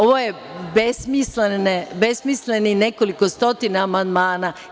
Ovo je besmislenih nekoliko stotina amandmana.